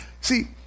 see